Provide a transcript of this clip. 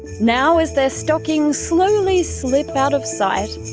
now, as their stockings slowly slip out of sight,